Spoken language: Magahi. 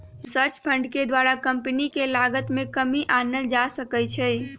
रिसर्च फंड के द्वारा कंपनी के लागत में कमी आनल जा सकइ छै